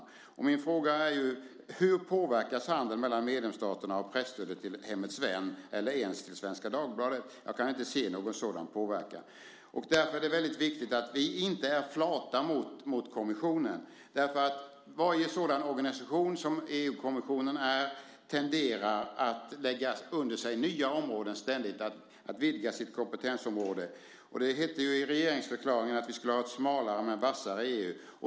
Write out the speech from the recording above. Min fråga är: Hur påverkas handeln mellan medlemsstaterna av presstödet till Hemmets Vän eller ens till Svenska Dagbladet? Jag kan inte se någon sådan påverkan. Därför är det väldigt viktigt att vi inte är flata mot kommissionen. Varje sådan organisation som EU-kommissionen är tenderar att ständigt lägga under sig nya områden, att vidga sitt kompetensområde. Det hette ju i regeringsförklaringen att vi skulle ha ett smalare men vassare EU.